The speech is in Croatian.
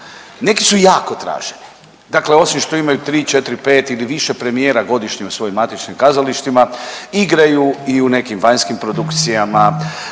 neki su jako traženi, dakle osim što imaju 3, 4, 5 ili više premijera godišnje u svojim matičnim kazalištima igraju i u nekim vanjskim produkcijama,